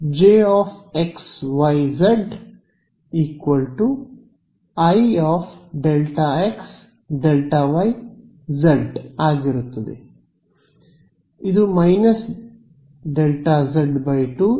ಆದ್ದರಿಂದ ಇದು J x y z ಐδ δ z ಆಗಿರುತ್ತದೆ ∆z 2 ಇಂದ ∆z 2 ಗೆ